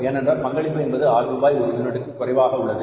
ஏனென்றால் பங்களிப்பு என்பது ஆறு ரூபாய் ஒரு யூனிட்டிற்கு குறைவாக உள்ளது